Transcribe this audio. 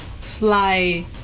fly